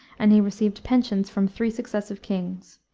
and he received pensions from three successive kings.